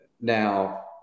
Now